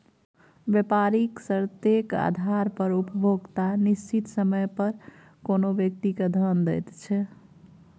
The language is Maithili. बेपारिक शर्तेक आधार पर उपभोक्ता निश्चित समय पर कोनो व्यक्ति केँ धन दैत छै